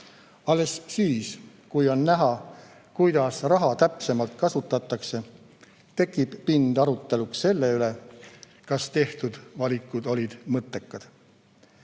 Alles siis, kui on näha, kuidas raha täpsemalt kasutatakse, tekib pind aruteluks selle üle, kas tehtud valikud olid mõttekad.